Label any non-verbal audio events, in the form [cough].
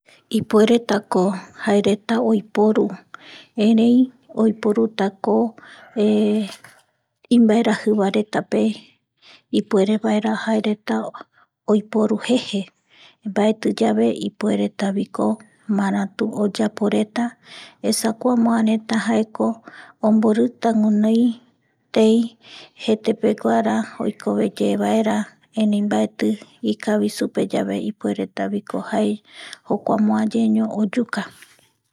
Ipueretako [noise] jaereta oiporu [noise] erei oiporutako [hesitation] imbaerajiva retape ipuerevaera [noise] jaereta oiporu jeje [noise] mbaeti yave ipueretaviko [noise] maratu oyaporeta esa kua moareta jaeko omborita guinoitei jetepe oikoveye vaera [noise] erei mbaeti ikavi supe yaveipueretako jae jokua moayeño oyuka